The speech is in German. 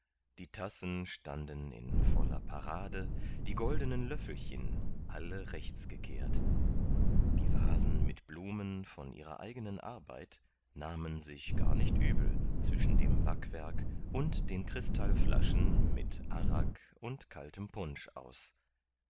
die tassen standen in voller parade die goldenen löffelchen alle rechts gekehrt die vasen mit blumen von ihrer eigenen arbeit nahmen sich gar nicht übel zwischen dem backwerk und den kristallflaschen mit arrak und kaltem punsch aus